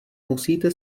musíte